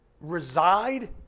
reside